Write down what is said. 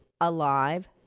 alive